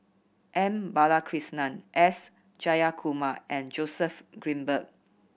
M Balakrishnan S Jayakumar and Joseph Grimberg